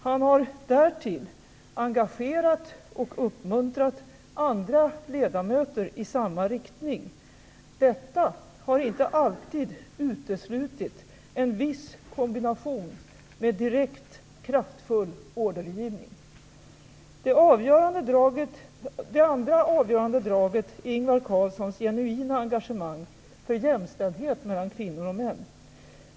Han har därtill engagerat och uppmuntrat andra ledamöter i samma riktning. Detta har inte alltid uteslutit en viss kombination med mer direkt, kraftfull ordergivning. Det andra avgörande draget är Ingvar Carlssons genuina engagemang för jämställdhet mellan kvinnor och män.